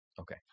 Okay